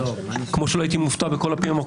כמו שלא הייתי מופתע בכל הפעמים הקודמות.